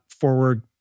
forward